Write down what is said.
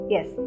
Yes